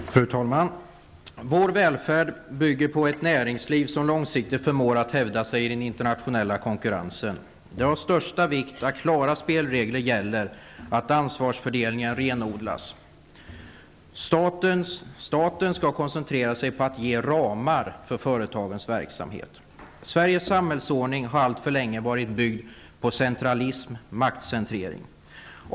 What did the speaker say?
Fru talman! Vår välfärd bygger på ett näringsliv som långsiktigt förmår att hävda sig i den internationella konkurrensen. Det är av största vikt att klara spelregler gäller och att ansvarsfördelningen renodlas. Staten skall koncentrera sig på att ge ramar för företagens verksamhet. Sveriges samhällsordning har alltför länge varit byggd på centralism och maktcentrering.